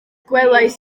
gwelais